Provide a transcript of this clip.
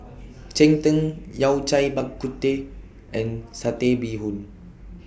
Cheng Tng Yao Cai Bak Kut Teh and Satay Bee Hoon